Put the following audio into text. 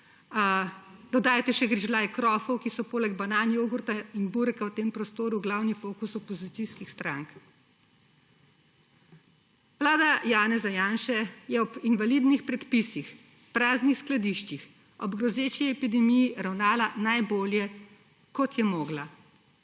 dodajte še grižljaj krofov, ki so poleg banan, jogurta in bureka v tem prostoru glavni fokus opozicijskih strank. Vlada Janeza Janše je ob invalidnih predpisih, praznih skladiščih, ob grozeči epidemiji ravnala najbolje, kot je mogla.